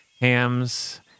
hams